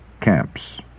camps